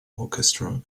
orchestra